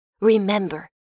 Remember